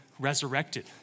resurrected